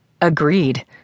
Agreed